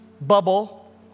bubble